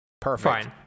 perfect